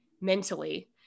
mentally